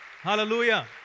Hallelujah